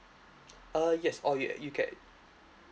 uh yes or you you can